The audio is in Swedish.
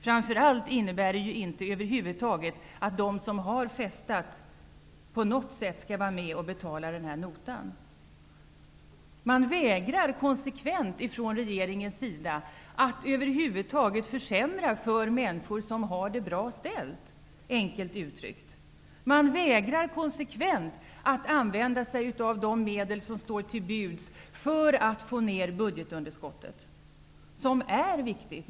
Framför allt innebär de över huvud taget inte att de som har festat på något sätt skall vara med och betala notan. Man vägrar konsekvent från regeringens sida att över huvud taget försämra för människor som har det bra ställt, enkelt uttryckt. Man vägrar konsekvent att använda sig av de medel som står till buds för att få ner budgetunderskottet, vilket är viktigt.